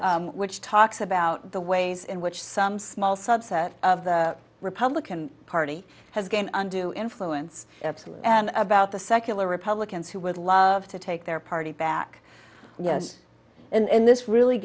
which talks about the ways in which some small subset of the republican party has gained undue influence absolute and about the secular republicans who would love to take their party back yes and this really